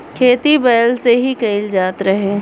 खेती बैल से ही कईल जात रहे